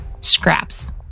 Scraps